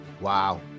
Wow